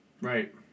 Right